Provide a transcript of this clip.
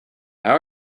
how